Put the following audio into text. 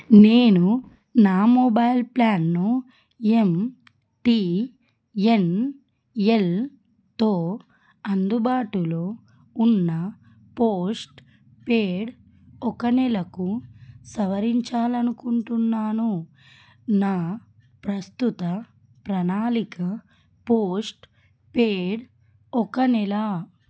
నేను నా మొబైల్ ప్లాన్ను ఎంటీఎన్ఎల్తో అందుబాటులో ఉన్న పోస్ట్పేడ్ ఒక నెలకు సవరించాలనుకుంటున్నాను నా ప్రస్తుత ప్రణాళిక పోస్ట్పేడ్ ఒక నెల